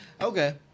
Okay